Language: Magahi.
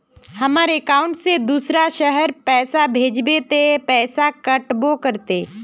हमर अकाउंट से दूसरा शहर पैसा भेजबे ते पैसा कटबो करते?